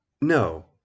No